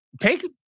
take